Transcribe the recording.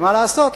מה לעשות,